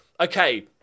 okay